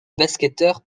basketteur